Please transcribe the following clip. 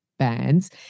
bands